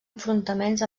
enfrontaments